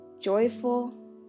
joyful